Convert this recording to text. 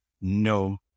no